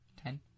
Ten